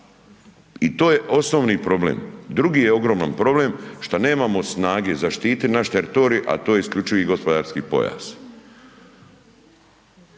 I to je osnovni problem. Drugi je ogroman problem šta nemamo snage zaštititi naš teritorij a to je isključivi gospodarski pojas